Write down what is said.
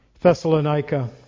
Thessalonica